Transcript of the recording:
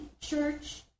church